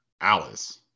Alice